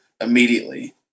immediately